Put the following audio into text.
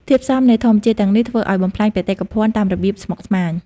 ធាតុផ្សំនៃធម្មជាតិទាំងនេះ ធ្វើការបំផ្លាញបេតិកភណ្ឌតាមរបៀបស្មុគស្មាញ។